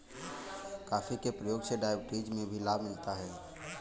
coffee के प्रयोग से डायबिटीज में भी लाभ मिलता है